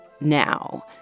now